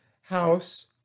house